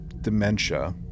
dementia